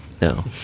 No